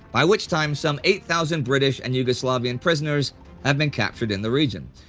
by which time some eight thousand british and yugoslavian prisoners have been captured in the region.